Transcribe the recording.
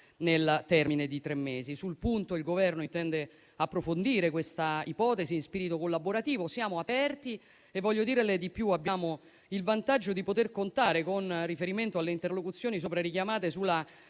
nel termine di tre mesi. Sul punto il Governo intende approfondire questa ipotesi in spirito collaborativo. Siamo aperti e voglio dirle di più: abbiamo il vantaggio di poter contare, con riferimento alle interlocuzioni sopra richiamate, sulla